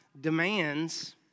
demands